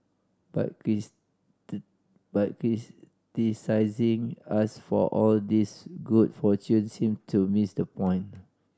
but but us for all this good fortune seem to miss the point